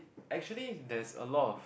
actually there's a lot of